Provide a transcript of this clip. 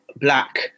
black